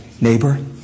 neighbor